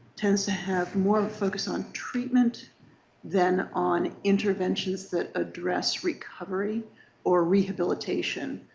tends to have more focus on treatment than on interventions that address recovery or rehabilitation.